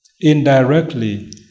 Indirectly